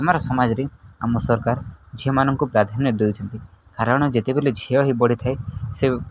ସମାଜରେ ଆମ ସରକାର ଝିଅମାନଙ୍କୁ ପ୍ରାଧାନ୍ୟ ଦେଉଛନ୍ତି କାରଣ ଯେତେବେଲେ ଝିଅ ହିଁ ବଢ଼ିଥାଏ ସେ